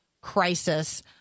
crisis